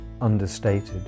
understated